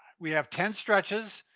we have ten stretches,